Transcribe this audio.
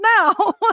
now